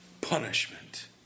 punishment